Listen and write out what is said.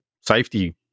safety